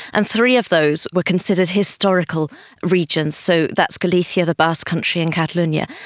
and three of those were considered historical regions. so that's galicia, the basque country and catalonia.